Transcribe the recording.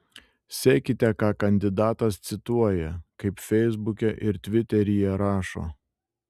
sekite ką kandidatas cituoja kaip feisbuke ir tviteryje rašo